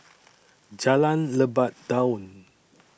Jalan Lebat Daun